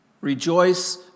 rejoice